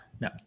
No